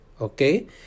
Okay